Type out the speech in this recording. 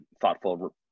thoughtful